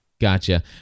Gotcha